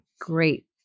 great